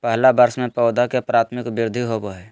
पहला वर्ष में पौधा के प्राथमिक वृद्धि होबो हइ